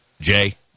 Jay